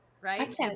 Right